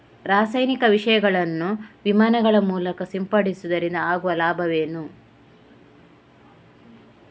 ರಾಸಾಯನಿಕ ವಿಷಗಳನ್ನು ವಿಮಾನಗಳ ಮೂಲಕ ಸಿಂಪಡಿಸುವುದರಿಂದ ಆಗುವ ಲಾಭವೇನು?